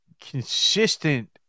consistent